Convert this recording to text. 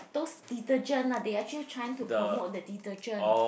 those detergent are they actually trying to promote the detergent